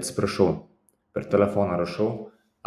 atsiprašau per telefoną rašau